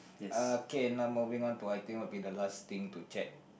okay now moving on to i think will be the last thing to check